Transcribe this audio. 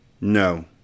No